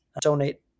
donate